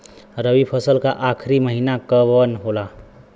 रवि फसल क आखरी महीना कवन होला?